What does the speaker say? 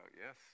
Yes